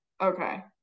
Okay